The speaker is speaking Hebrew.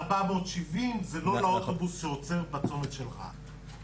קו 470, זה לא לאוטובוס שעוצר בצומת של רהט.